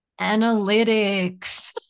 analytics